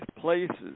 places